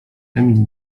emil